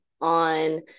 on